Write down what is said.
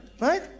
right